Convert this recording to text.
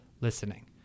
listening